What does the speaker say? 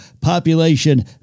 Population